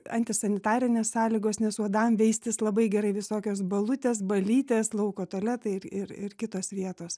antisanitarinės sąlygos nes uodam veistis labai gerai visokios balutės balytės lauko tualetai ir ir ir kitos vietos